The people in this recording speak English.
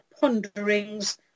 ponderings